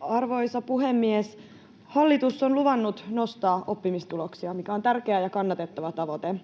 Arvoisa puhemies! Hallitus on luvannut nostaa oppimistuloksia, mikä on tärkeä ja kannatettava tavoite.